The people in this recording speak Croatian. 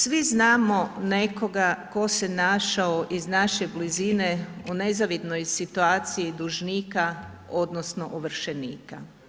Svi znamo nekoga tko se našao iz naše blizine u nezavidnoj situaciji dužnika odnosno ovršenika.